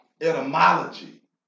etymology